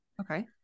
okay